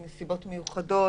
בנסיבות מיוחדות,